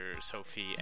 sophie